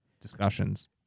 discussions